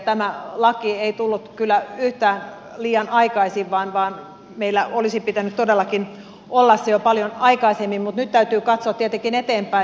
tämä laki ei tullut kyllä yhtään liian aikaisin vaan meillä olisi pitänyt todellakin olla se jo paljon aikaisemmin mutta nyt täytyy katsoa tietenkin eteenpäin